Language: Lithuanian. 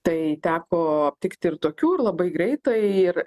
tai teko aptikti ir tokių ir labai greitai ir